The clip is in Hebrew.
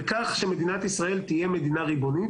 וכך שמדינת ישראל תהיה מדינה ריבונית,